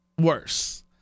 worse